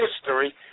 history